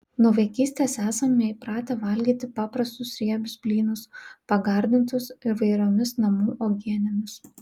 nuo vaikystės esame įpratę valgyti paprastus riebius blynus pagardintus įvairiomis namų uogienėmis